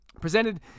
Presented